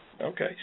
okay